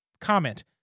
comment